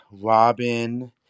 Robin